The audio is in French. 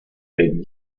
est